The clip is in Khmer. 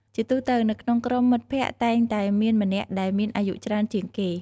ជាទូទៅ នៅក្នុងក្រុមមិត្តភក្តិតែងតែមានម្នាក់ដែលមានអាយុច្រើនជាងគេ។